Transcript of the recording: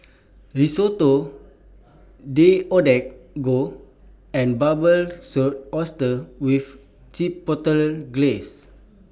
Risotto Deodeok Gui and Barbecued Oysters with Chipotle Glaze